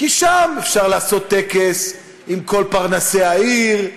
כי שם אפשר לעשות טקס עם כל פרנסי העיר,